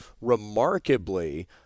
Remarkably